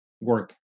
work